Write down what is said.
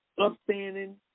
upstanding